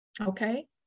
Okay